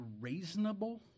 reasonable